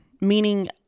meaning